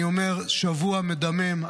אני אומר: שבוע מדמם,